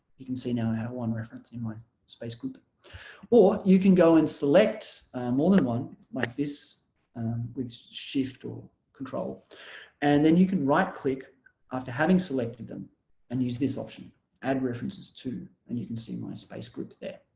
you can see now i had a one reference in my space group or you can go and select more than one like this with shift or control and then you can right-click after having selected them and use this option add references to and you can see my space group there.